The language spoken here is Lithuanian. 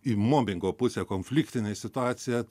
į mobingo pusę konfliktinę situaciją